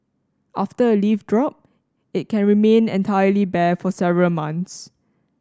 after a leaf drop it can remain entirely bare for several months